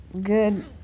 Good